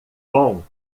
bom